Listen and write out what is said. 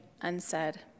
unsaid